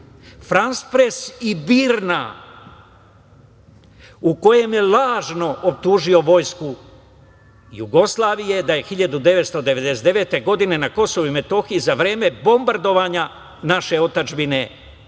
„Frans-Pres“ i BIRN-a, u kojem je lažno optužio Vojsku Jugoslavije da je 1999. godine na KiM za vreme bombardovanja naše otadžbine